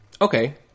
okay